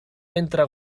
entre